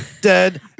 dead